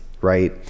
right